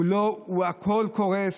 הכול קורס,